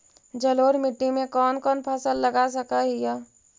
जलोढ़ मिट्टी में कौन कौन फसल लगा सक हिय?